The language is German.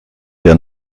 der